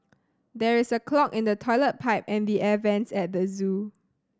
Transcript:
there is a clog in the toilet pipe and the air vents at the zoo